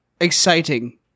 exciting